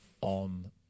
on